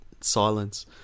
silence